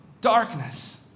darkness